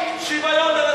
שוויון בנצרת,